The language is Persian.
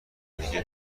دیگه